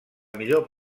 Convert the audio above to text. millor